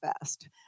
best